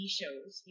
shows